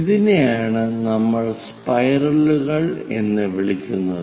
ഇതിനെയാണ് നമ്മൾ സ്പൈറലുകൾ എന്ന് വിളിക്കുന്നത്